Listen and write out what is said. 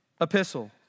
epistle